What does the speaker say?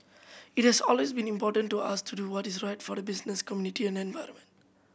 it has always been important to us to do what is right for the business community and environment